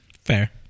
Fair